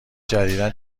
جدیدا